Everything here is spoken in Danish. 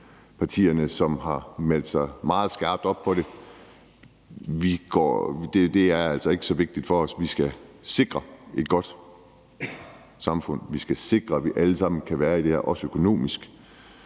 klimapartierne har meldt sig meget skarpt ind på det. Det er altså ikke så vigtigt for os. Vi skal sikre et godt samfund. Vi skal sikre, at vi alle sammen kan være i det her, også økonomisk.